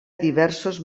diversos